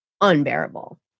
unbearable